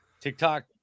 TikTok